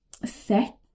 Set